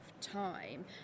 time